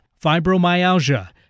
fibromyalgia